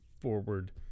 forward